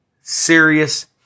serious